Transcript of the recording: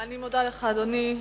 אני מודה לך, אדוני.